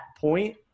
point